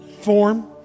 form